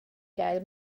gael